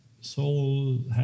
Soul